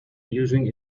using